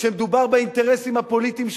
כשמדובר באינטרסים הפוליטיים שלך.